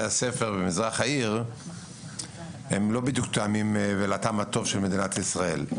הספר במזרח העיר הם לא בדיוק תואמים לטעם הטוב של מדינת ישראל.